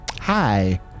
Hi